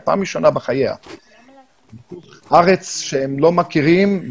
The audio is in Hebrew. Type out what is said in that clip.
פעם ראשונה בחייהם לארץ שהם לא מכירים.